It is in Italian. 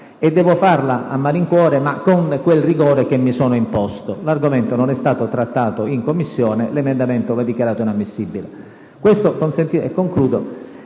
e devo farla a malincuore, ma con quel rigore che mi sono imposto: l'argomento non è stato trattato in Commissione e l'emendamento va quindi dichiarato inammissibile. Questo argomento